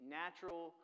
natural